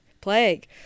Plague